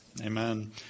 Amen